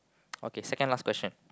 okay second last question